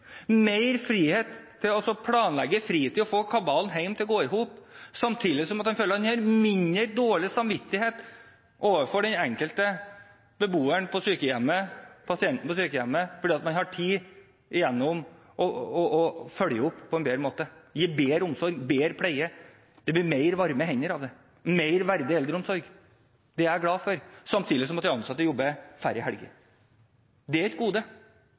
mer frihet til å planlegge fritid og få kabalen hjemme til å gå opp, samtidig som man føler at man har mindre dårlig samvittighet overfor den enkelte beboeren på sykehjemmet, pasienten på sykehjemmet, fordi man har tid til å følge opp på en bedre måte, gi bedre omsorg, bedre pleie, det blir mer varme hender av det, mer verdig eldreomsorg. Det er jeg glad for. Samtidig jobber de ansatte færre helger. Det er et gode